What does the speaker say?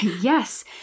yes